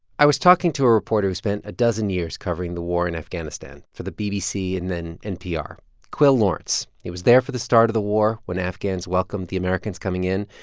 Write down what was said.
i was talking to a reporter who spent a dozen years covering the war in afghanistan, for the bbc and then npr quil lawrence. he was there for the start of the war when afghans welcomed the americans coming in.